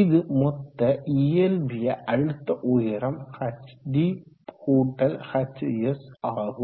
இது மொத்த இயல்பிய அழுத்த உயரம் hdhs ஆகும்